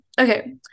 Okay